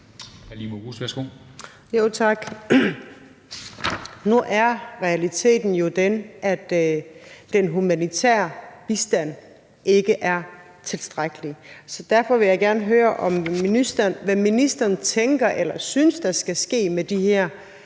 Nu er realiteten jo den, at den humanitære bistand ikke er tilstrækkelig. Derfor vil jeg gerne høre, hvad ministeren synes der skal ske med de her